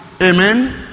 Amen